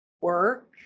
work